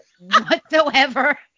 whatsoever